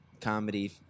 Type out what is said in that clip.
comedy